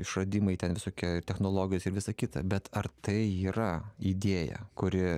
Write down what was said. išradimai ten visokie technologijos ir visa kita bet ar tai yra idėja kuri